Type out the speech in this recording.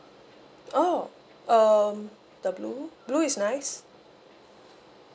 oh um the blue blue is nice